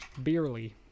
Beerly